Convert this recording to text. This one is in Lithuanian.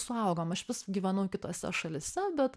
suaugom aš vis gyvenau kitose šalyse bet